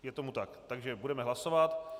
Je tomu tak, takže budeme hlasovat.